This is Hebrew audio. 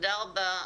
תודה רבה.